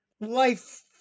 life